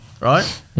right